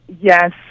Yes